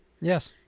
Yes